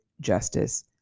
justice